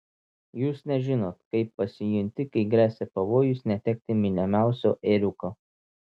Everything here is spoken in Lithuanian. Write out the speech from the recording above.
jūs nežinot kaip pasijunti kai gresia pavojus netekti mylimiausio ėriuko